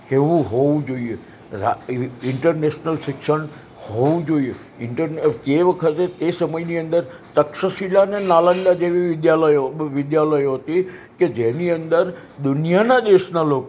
એવું હોવું જોઈએ એવી ઇન્ટરનેશનલ શિક્ષણ હોવું જોઈએ કે વખતે એ સમયની અંદર તક્ષશિલા ને નાલંદા જેવી વિદ્યાલયો વિદ્યાલયો હતી કે જેની અંદર દુનિયાનાં દેશનાં